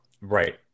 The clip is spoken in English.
Right